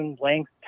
length